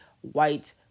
white